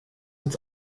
uns